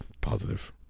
positive